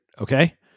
Okay